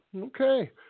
Okay